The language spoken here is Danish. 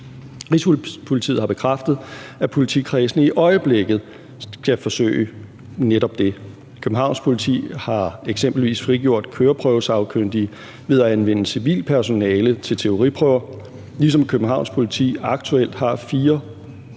Rigspolitiet har bekræftet, at politikredsene i øjeblikket skal forsøge netop det. Københavns Politi har eksempelvis frigjort køreprøvesagkyndige ved at anvende civilt personale til teoriprøver, ligesom Københavns Politi aktuelt har fire